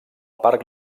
parc